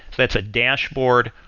that's a dashboard,